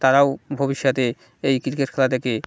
তারাও ভবিষ্যতে এই ক্রিকেট খেলা থেকে